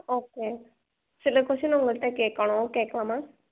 okay சில question உங்கள்ட கேட்கணும் கேட்கலாமா